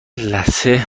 لثه